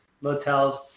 motels